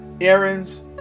errands